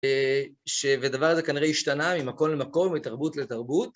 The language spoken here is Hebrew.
שבדבר הזה כנראה השתנה ממקום למקום, מתרבות לתרבות.